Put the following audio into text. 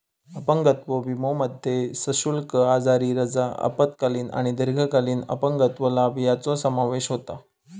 अपंगत्व विमोमध्ये सशुल्क आजारी रजा, अल्पकालीन आणि दीर्घकालीन अपंगत्व लाभ यांचो समावेश होता